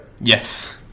Yes